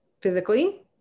Physically